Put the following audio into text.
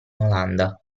olanda